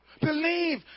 Believe